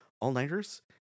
all-nighters